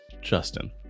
Justin